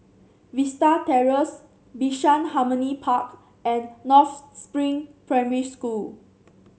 Vista Terrace Bishan Harmony Park and North Spring Primary School